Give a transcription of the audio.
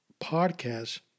podcast